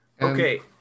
Okay